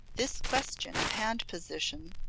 this question of hand position,